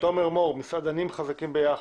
תומר מור, מסעדנים חזקים ביחד.